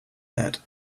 bed